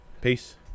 Peace